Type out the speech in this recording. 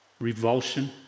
revulsion